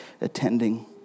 attending